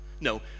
No